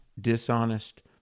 dishonest